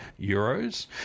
euros